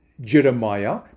Jeremiah